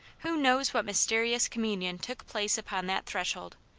who knows what mysterious communion took place upon that threshold,